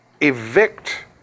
evict